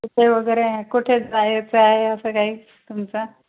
कुठे वगैरे कुठे जायचं आहे असं काही तुमचा